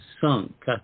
sunk